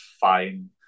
fine